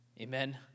Amen